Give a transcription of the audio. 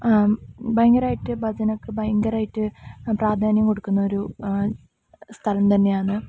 ഭയങ്കരമായിട്ട് ഭജനക്ക് ഭയങ്കരമായിട്ട് പ്രാധാന്യം കൊടുക്കുന്നൊരു സ്ഥലം തന്നെയാണ്